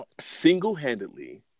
single-handedly